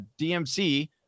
DMC